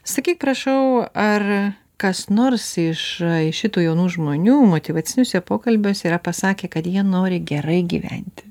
sakyk prašau ar kas nors iš šitų jaunų žmonių motyvaciniuose pokalbiuose yra pasakę kad jie nori gerai gyventi